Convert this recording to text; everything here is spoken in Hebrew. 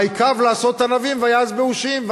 "ויקו לעשות ענבים ויעש בְּאֻשים".